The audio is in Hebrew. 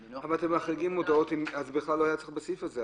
אם אתם מחריגים מודעות, לא היה צורך בסעיף הזה.